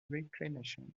reclamation